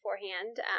beforehand